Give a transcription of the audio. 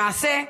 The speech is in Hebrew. למעשה,